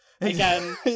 again